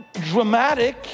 dramatic